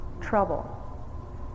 Trouble